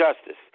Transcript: justice